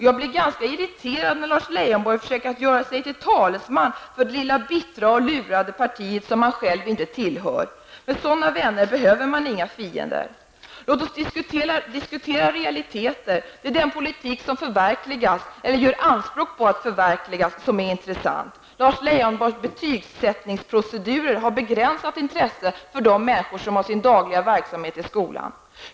Jag blir ganska irriterad när Lars Leijonborg försöker göra sig till talesman för det lilla bittra och lurade parti som han själv inte tillhör. Med sådana vänner behöver man inga fiender. Låt oss diskutera realiteter. Det är den politik som förverkligas, eller gör anspråk på att förverkligas, som är intressant. Lars Leijonborgs betygssättningsprocedurer har begränsat intresse för de människor som har sin dagliga verksamhet i skolan.